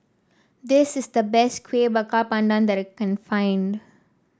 this is the best Kueh Bakar Pandan that can find